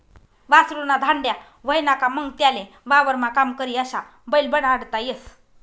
वासरु ना धांड्या व्हयना का मंग त्याले वावरमा काम करी अशा बैल बनाडता येस